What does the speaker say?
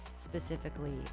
specifically